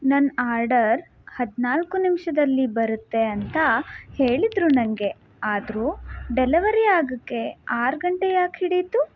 ನನ್ನ ಆರ್ಡರ್ ಹದಿನಾಲ್ಕು ನಿಮಿಷದಲ್ಲಿ ಬರುತ್ತೆ ಅಂತ ಹೇಳಿದ್ದರು ನನಗೆ ಆದರೂ ಡೆಲವರಿ ಆಗೋಕ್ಕೆ ಆರು ಗಂಟೆ ಯಾಕೆ ಹಿಡೀತು